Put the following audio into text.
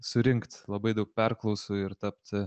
surinkt labai daug perklausų ir tapti